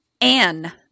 Anne